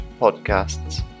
podcasts